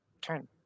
turn